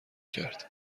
کرد